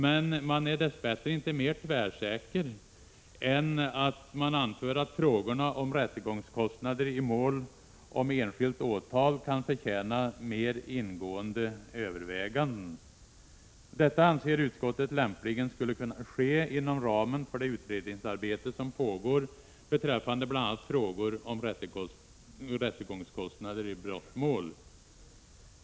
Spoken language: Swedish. Men man är dess bättre inte mer tvärsäker än att frågorna om rättegångskostnader i mål om enskilt åtal kan förtjäna mer ingående överväganden. Detta anser utskottet lämpligen skulle kunna ske inom ramen för det utredningsarbete som pågår beträffande bl.a. frågor om rättegångskostnader i brottmål.